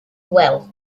well